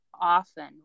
often